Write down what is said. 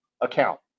account